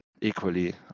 equally